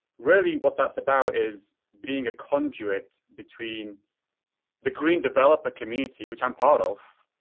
really what that's about is being a conduit between the green developer community, which i'm part of,